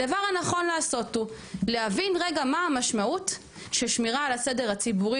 הדבר הנכון לעשות הוא להבין רגע מה המשמעות של שמירה על הסדר הציבורי,